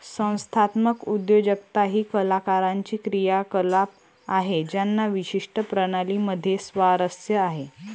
संस्थात्मक उद्योजकता ही कलाकारांची क्रियाकलाप आहे ज्यांना विशिष्ट प्रणाली मध्ये स्वारस्य आहे